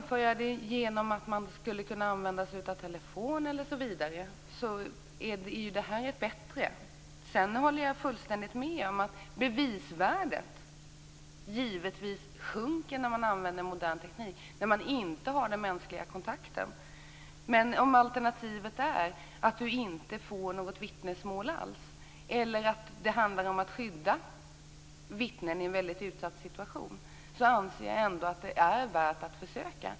Fru talman! Jämfört med att använda sig av telefon är videokonferens bättre. Men jag håller fullständigt med om att bevisvärdet givetvis sjunker när man använder modern teknik och inte har den mänskliga kontakten. Men om alternativet är att inte få något vittnesmål alls eller om det är fråga om att skydda ett vittne i en utsatt situation, anser jag att det är värt med ett försök.